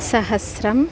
सहस्रम्